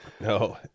No